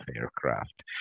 aircraft